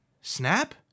Snap